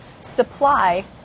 supply